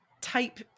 type